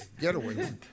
Getaway